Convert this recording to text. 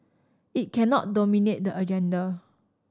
it cannot dominate the agenda